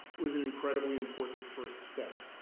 was an incredibly important first step.